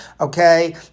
okay